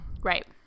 Right